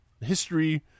history